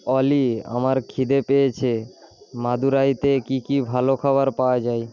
অলি আমার খিদে পেয়েছে মাদুরাইতে কী কী ভালো খাবার পাওয়া যায়